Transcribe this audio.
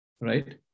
right